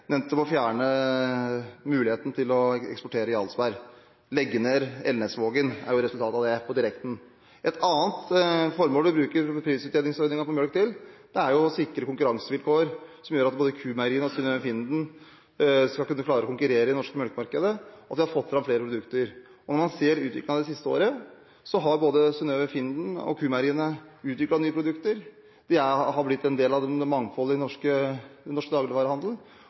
bort ved å fjerne muligheten til å eksportere Jarlsberg. Resultatet av det, blir at man må legge ned Tines anlegg i Elnesvågen – på direkten. Et annet formål vi bruker prisutjevningsordningen på melk til, er å sikre konkurransevilkår som gjør at både Q-meieriene og Synnøve Finden skal kunne klare å konkurrere i det norske melkemarkedet, og at de får fram flere produkter. Og når man ser på utviklingen det siste året, har både Synnøve Finden og Q-meieriene utviklet nye produkter. De har blitt en del av mangfoldet i norsk